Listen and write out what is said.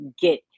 get